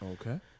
Okay